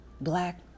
black